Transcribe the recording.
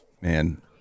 man